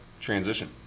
Transition